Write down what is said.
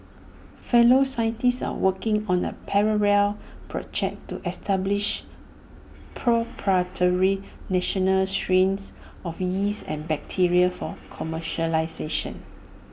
fellow scientists are working on A parallel project to establish proprietary national strains of yeast and bacteria for commercialisation